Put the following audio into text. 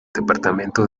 departamento